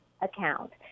account